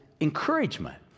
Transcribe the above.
encouragement